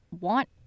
want